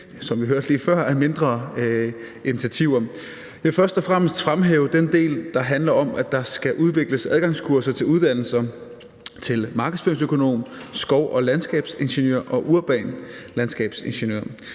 som vi hørte lige før, af mindre initiativer. Jeg vil først og fremmest fremhæve den del, der handler om, at der skal udvikles adgangskurser til uddannelser til markedsføringsøkonom, skov- og landskabsingeniør og urban landskabsingeniør.